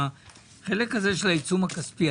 החלק הזה של העיצום הכספי.